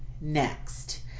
next